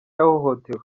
yahohotewe